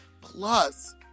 plus